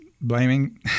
blaming